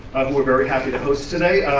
who we're very happy to host today.